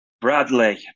Bradley